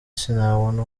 sinabona